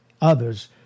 others